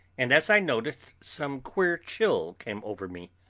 and as i noticed some queer chill came over me.